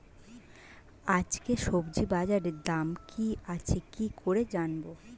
আজকে সবজি বাজারে দাম কি আছে কি করে জানবো?